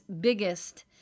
biggest